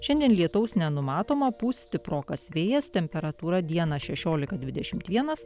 šiandien lietaus nenumatoma pūs stiprokas vėjas temperatūra dieną šešiolika dvidešimt vienas